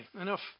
enough